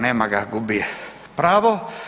Nema ga, gubi pravo.